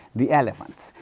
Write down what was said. the elephants,